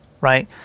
Right